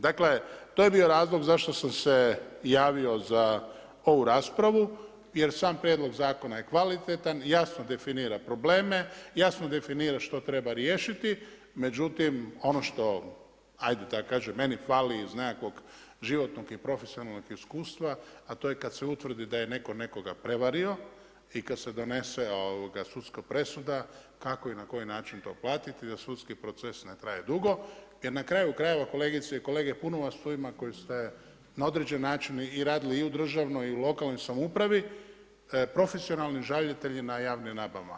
Dakle, to je bio razlog zašto sam se javio za ovu raspravu jer sam prijedlog zakona je kvalitetan i jasno definira probleme, jasno definira što treba riješiti, međutim ono što ajde da kažem, meni fali iz nekakvog životnog i profesionalnog iskustva, a to je kad se utvrdi da je netko nekoga prevario, i kad se donese sudska presuda, kako na i na koji način to platiti, da sudski proces ne traje dugo, jer na kraju krajeva kolegice i kolege, puno vas tu ima koji ste na određeni način radili i u državnoj i u lokalnoj samoupravi, profesionalni žalitelji na javnim nabavama.